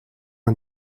man